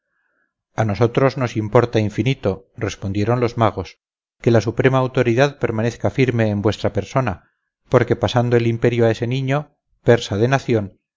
a nosotros nos importa infinito respondieron los magos que la suprema autoridad permanezca firme en vuestra persona porque pasando el imperio a ese niño persa de nación